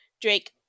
Drake